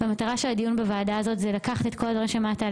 המטרה של הדיון כאן בוועדה הזאת היא לקחת את כל הדברים שלמטה,